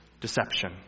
deception